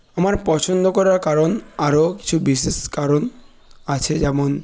আমার পছন্দ করার কারণ আরও কিছু বিশেষ কারণ আছে যেমন